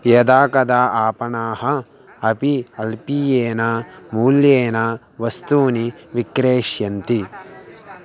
यदा कदा आपणाः अपि अल्पीयेन मूल्येन वस्तूनि विक्रेष्यन्ति